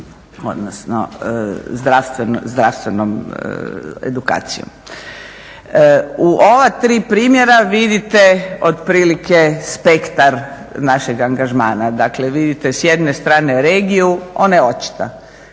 odnosno zdravstvenom edukacijom. U ova tri primjera vidite otprilike spektar našeg angažmana, dakle vidite s jedne strane regiju, ona je očita.